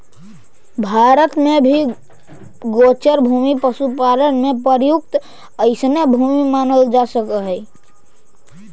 भारत में भी गोचर भूमि पशुपालन में प्रयुक्त अइसने भूमि मानल जा सकऽ हइ